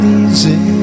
easy